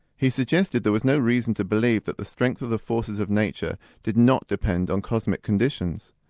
he suggested there was no reason to believe that the strength of the forces of nature did not depend on cosmic conditions.